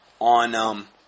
on